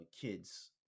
kids